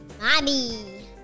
Mommy